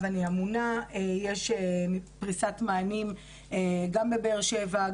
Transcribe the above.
אני אמונה יש פריסת מענים גם בבאר שבע,